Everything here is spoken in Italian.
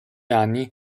anni